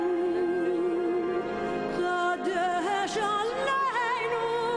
אני חושב שככל שהימים עוברים,